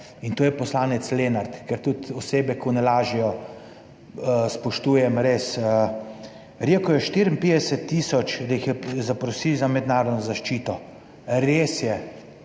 in to je poslanec Lenart, ker tudi osebe, ko ne lažejo, spoštujem, res. Rekel je 54 tisoč, da jih je zaprosil za mednarodno zaščito, res je.